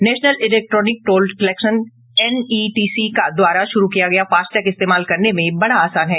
national electronic toll collection NETC द्वारा शुरू किया गया फास्टैग इस्तेमाल करने में बड़ा आसान है